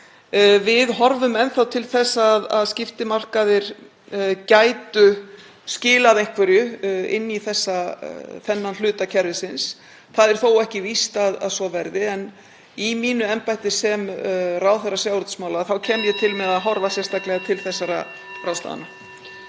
Við horfum enn þá til þess að skiptimarkaðir gætu skilað einhverju inn í þennan hluta kerfisins. Það er þó ekki víst að svo verði. En í mínu embætti sem ráðherra sjávarútvegsmála kem ég til með að horfa sérstaklega til þessara ráðstafana.